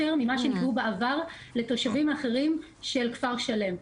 ממה שנקבעו בעבר לתושבים אחרים של כפר שלם.